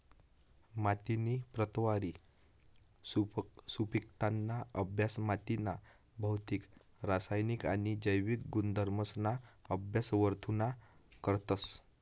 मातीनी प्रतवारी, सुपिकताना अभ्यास मातीना भौतिक, रासायनिक आणि जैविक गुणधर्मसना अभ्यास वरथून करतस